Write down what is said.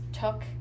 took